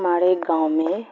ہمارے گاؤں میں